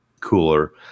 cooler